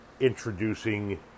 Introducing